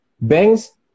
banks